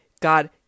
God